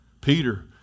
Peter